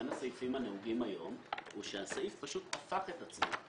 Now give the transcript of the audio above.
הסעיפים הנהוגים היום הוא שהסעיף פשוט הפך את עצמו.